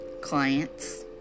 clients